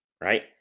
right